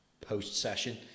post-session